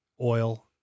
oil